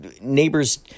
neighbors